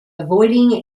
avoiding